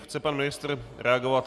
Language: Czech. Chce pan ministr reagovat?